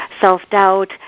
self-doubt